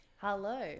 hello